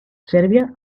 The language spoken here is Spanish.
serbia